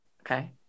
okay